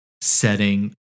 setting